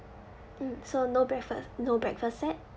mm so no breakfast no breakfast set